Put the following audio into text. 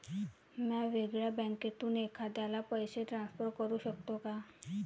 म्या वेगळ्या बँकेतून एखाद्याला पैसे ट्रान्सफर करू शकतो का?